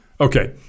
Okay